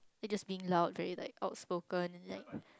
they're just being loud very like outspoken like